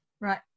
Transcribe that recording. right